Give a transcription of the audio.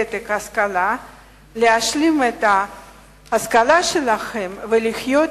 ותק והשכלה להשלים את ההשכלה שלהם ולהיות